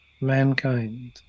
mankind